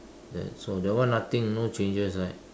that's so that one nothing on changes right